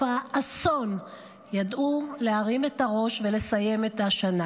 האסון ידעו להרים את הראש ולסיים את השנה,